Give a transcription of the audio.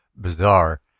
bizarre